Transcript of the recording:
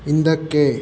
ಹಿಂದಕ್ಕೆ